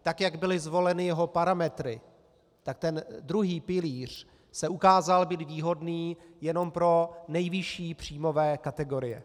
Tak jak byly zvoleny jeho parametry, tak druhý pilíř se ukázal být výhodný jenom pro nejvyšší příjmové kategorie.